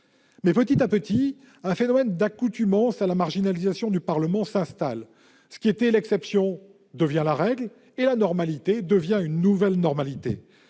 plus. Petit à petit, un phénomène d'accoutumance à la marginalisation du Parlement s'installe : ce qui était l'exception devient la règle et l'anormalité devient une nouvelle normalité.